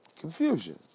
confusion